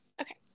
Okay